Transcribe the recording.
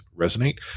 resonate